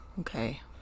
Okay